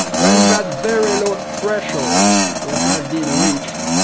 when that very low ah threshold will have been reached,